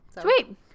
Sweet